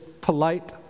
polite